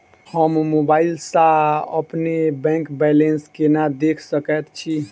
हम मोबाइल सा अपने बैंक बैलेंस केना देख सकैत छी?